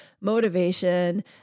motivation